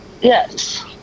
Yes